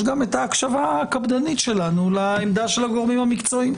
ההקשבה הקפדנית שלנו לעמדת הגורמים המקצועיים.